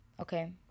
Okay